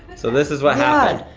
so this is what happened.